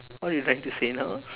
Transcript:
what you trying to say now